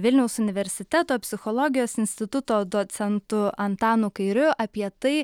vilniaus universiteto psichologijos instituto docentu antanu kairiu apie tai